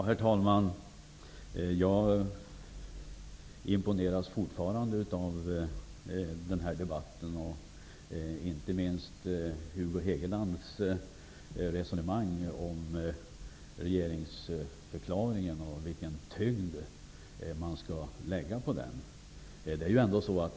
Herr talman! Jag imponeras fortfarande av den här debatten, inte minst av Hugo Hegelands resonemang när det gäller regeringsförklaringen och med vilken tyngd som man skall lägga vid den.